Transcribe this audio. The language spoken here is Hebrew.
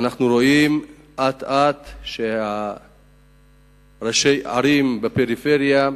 ואנחנו רואים אט-אט שראשי ערים בפריפריה,